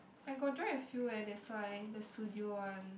I got join a few eh that's why the studio one